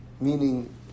Meaning